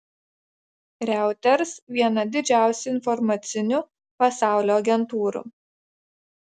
reuters viena didžiausių informacinių pasaulio agentūrų